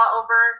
over